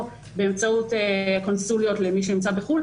באמצעות הקונסוליות למי שנמצא בחו"ל,